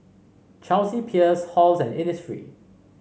Chelsea Peers Halls and Innisfree